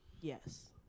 Yes